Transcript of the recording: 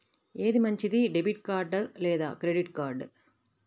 ఏది మంచిది, debit card లేదా క్రెడిట్ కార్డ్?